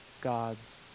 God's